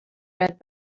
red